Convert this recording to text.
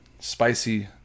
spicy